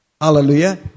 Hallelujah